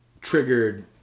triggered